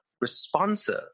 responsive